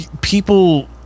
people